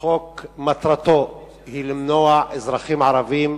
החוק, מטרתו היא למנוע מאזרחים ערבים